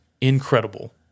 incredible